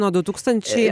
nuo du tūkstančiai a